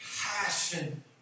passion